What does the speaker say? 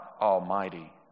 Almighty